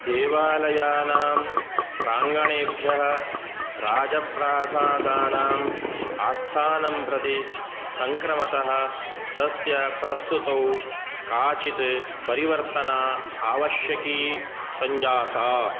देवालयानां प्राङ्गणेभ्यः राजप्रासादानां आस्थानं प्रति सङ्क्रमतः तस्य प्रस्तुतौ काचित् परिवर्तना आवश्यकी सञ्जाता